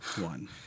one